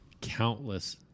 countless